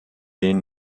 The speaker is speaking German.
den